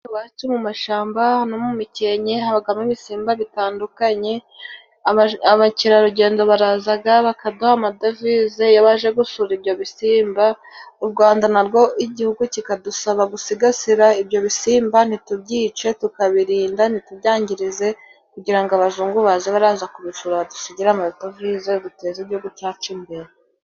Iwacu mu mashamba no mu mikenke habagamo ibisimba bitandukanye ,abakerarugendo barazaga bakaduha amadovize iyo baje gusura ibyo bisimba,u Rwanda narwo igihugu kikadusaba gusigasira ibyo bisimba ntitubyice tukabirinda nitubyangirize kugira ngo abazungu baze baraza kubisura badusigire amadovise duteze igihugu cyacu imbere.